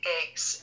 eggs